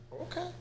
Okay